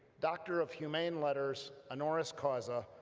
doctor of humane letters, honoris causa,